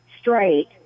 straight